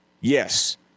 Yes